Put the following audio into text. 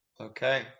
okay